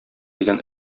дигән